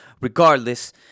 Regardless